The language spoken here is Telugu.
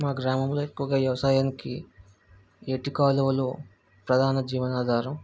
మా గ్రామంలో ఎక్కువ వ్యవసాయానికి ఏటి కాలువలు ప్రధాన జీవనాధారం